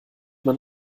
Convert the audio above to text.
man